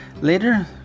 Later